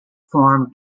form